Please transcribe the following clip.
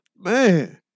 Man